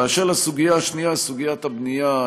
באשר לסוגיה השנייה, סוגיית הבנייה,